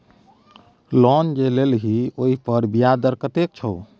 loan जे लेलही ओहिपर ब्याज दर कतेक छौ